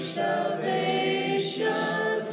salvation